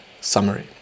Summary